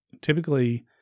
typically